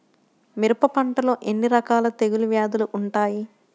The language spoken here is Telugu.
మిరప పంటలో ఎన్ని రకాల తెగులు వ్యాధులు వుంటాయి?